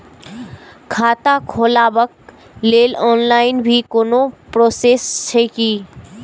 खाता खोलाबक लेल ऑनलाईन भी कोनो प्रोसेस छै की?